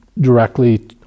directly